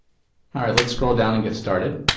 ah let's scroll down and get started.